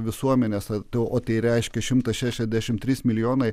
visuomenės tai o tai reiškia šimtas šešiasdešimt trys milijonai